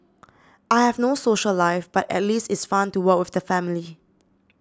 I have no social life but at least it's fun to work with the family